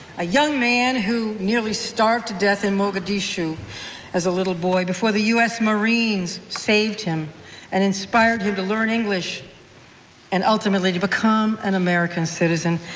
a young man who nearly starved to death in mogadishu as a little boy before the u s. marines saved him and inspired him to learn english and ultimately to become an american citizen,